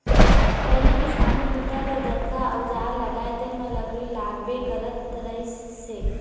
पहिली किसानी बूता बर जतका अउजार लागय तेन म लकड़ी लागबे करत रहिस हे